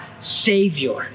Savior